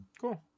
Cool